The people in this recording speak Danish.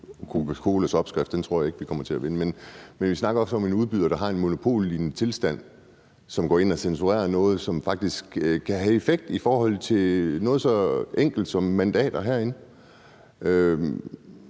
Coca Cola's opskrift, den tror jeg ikke vi kommer til at finde. Men vi snakker også om en udbyder, der har en monopollignende tilstand, og som går ind og censurerer noget, som faktisk kan have effekt i forhold til noget så enkelt som mandater herinde.